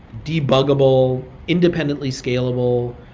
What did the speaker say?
debuggable, independently scalable.